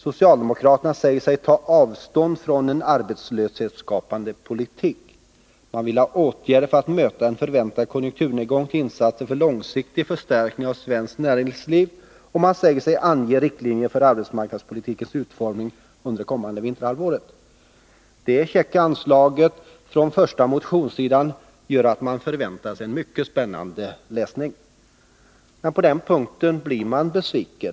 Socialdemokraterna säger sig ta avstånd från en arbetslöshetsskapande politik. Man vill ha åtgärder för att möta en förväntad konjunkturnedgång och insatser för långsiktig förstärkning av svenskt näringsliv, och man säger sig ange riktlinjer för arbetsmarknadspolitikens utformning under det kommande vinterhalvåret. Detta käcka anslag på den första sidan i motionen gör att man förväntar sig en mycket Nr 41 spännande läsning. Men på den punkten blir man besviken.